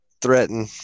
threaten